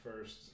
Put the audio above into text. first